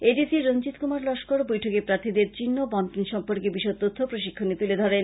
এ D C Ranjit Kumar Laskar বৈঠকে প্রাথীদের চিহ্ন বন্টন সম্পর্কে বিশদ তথ্য প্রশিক্ষণে তুলে ধরেন